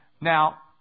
Now